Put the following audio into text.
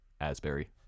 Asbury